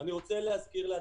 אני רוצה להזכיר לאדוני,